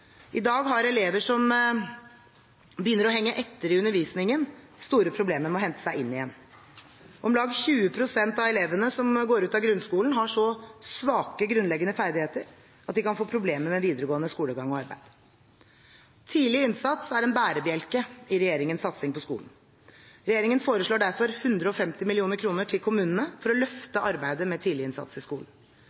I dag har elever som begynner å henge etter i undervisningen, store problemer med å hente seg inn igjen. Om lag 20 pst. av elevene som går ut av grunnskolen, har så svake grunnleggende ferdigheter at de kan få problemer med videre skolegang og arbeid. Tidlig innsats er en bærebjelke i regjeringens satsing på skolen. Regjeringen foreslår derfor 150 mill. kr til kommunene for å løfte arbeidet med tidlig innsats i skolen.